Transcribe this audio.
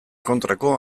kontrako